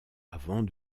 avant